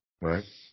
right